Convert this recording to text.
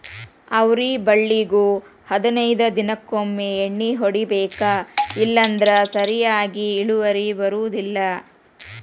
ಅವ್ರಿ ಬಳ್ಳಿಗು ಹದನೈದ ದಿನಕೊಮ್ಮೆ ಎಣ್ಣಿ ಹೊಡಿಬೇಕ ಇಲ್ಲಂದ್ರ ಸರಿಯಾಗಿ ಇಳುವರಿ ಬರುದಿಲ್ಲಾ